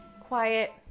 quiet